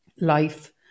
life